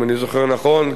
אם אני זוכר נכון,